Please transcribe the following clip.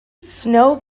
snow